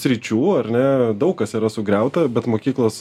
sričių ar ne daug kas yra sugriauta bet mokyklos